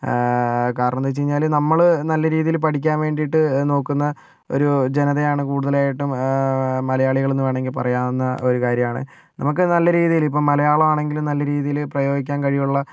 കാരണമെന്ന് വച്ച് കഴിഞ്ഞാല് നമ്മള് നല്ല രീതിയില് പഠിക്കാൻ വേണ്ടിയിട്ട് നോക്കുന്ന ഒരു ജനതയാണ് കൂടുതലായിട്ടും മലയാളികളെന്ന് വേണമെങ്കിൽ പറയാവുന്ന ഒരു കാര്യമാണ് നമുക്ക് നല്ല രീതിയില് ഇപ്പം മലയാളമാണെങ്കിലും നല്ല രീതിയില് പ്രയോഗിക്കാൻ കഴിവുള്ള ആൾക്കാരാണ്